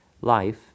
Life